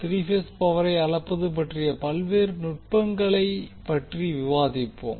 three phase பவரை அளப்பது பற்றிய பல்வேறு நுட்பங்களை பற்றி விவாதிப்போம்